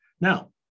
Now